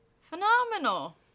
phenomenal